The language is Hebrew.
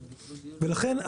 לכן,